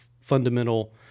fundamental